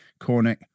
Cornick